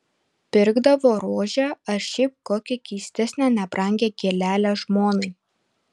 pirkdavo rožę ar šiaip kokią keistesnę nebrangią gėlelę žmonai